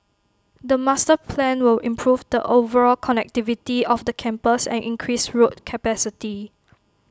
the master plan will improve the overall connectivity of the campus and increase road capacity